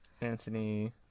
Anthony